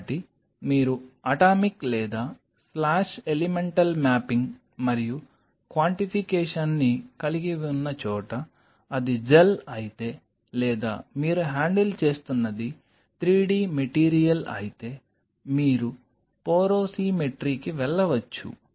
కాబట్టి మీరు అటామిక్ లేదా స్లాష్ ఎలిమెంటల్ మ్యాపింగ్ మరియు క్వాంటిఫికేషన్ని కలిగి ఉన్న చోట అది జెల్ అయితే లేదా మీరు హ్యాండిల్ చేస్తున్నది 3 డి మెటీరియల్ అయితే మీరు పోరోసిమెట్రీకి వెళ్లవచ్చు